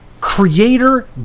creator